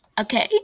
Okay